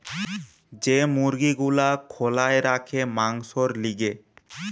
যে মুরগি গুলা খোলায় রাখে মাংসোর লিগে